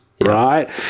right